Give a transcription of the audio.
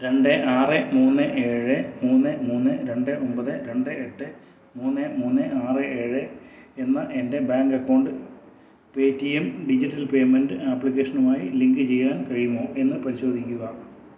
രണ്ട് ആറ് മൂന്ന് ഏഴ് മൂന്ന് മൂന്ന് രണ്ട് ഒമ്പത് രണ്ട് എട്ട് മൂന്ന് മൂന്ന് ആറ് ഏഴ് എന്ന എൻ്റെ bank account Paytm digital payment ആപ്ലിക്കേഷനുമായി ലിങ്ക് ചെയ്യാൻ കഴിയുമോ എന്ന് പരിശോധിക്കുക